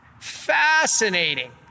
Fascinating